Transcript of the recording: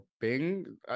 Bing